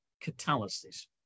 catalysis